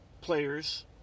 players